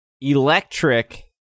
Electric